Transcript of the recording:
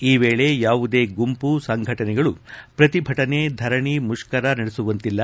ಈ ವೇಳೆ ಯಾವುದೇ ಗುಂಪು ಸಂಘಟನೆಗಳು ಪ್ರತಿಭಟನೆ ಧರಣಿಮುಷ್ಕರ ನಡೆಸುವಂತಿಲ್ಲ